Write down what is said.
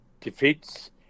defeats